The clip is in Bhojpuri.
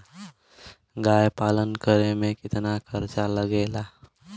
गाय पालन करे में कितना खर्चा लगेला?